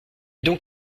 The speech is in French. donc